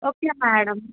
okay madam